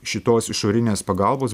šitos išorinės pagalbos